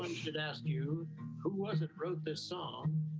should ask you who wasn't wrote this song,